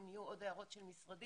אם יהיו עוד הערות של משרדים,